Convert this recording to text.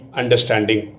understanding